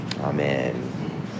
Amen